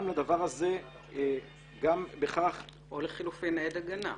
גם לדבר הזה, גם בכך --- או לחילופין עד הגנה,